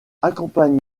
accompagné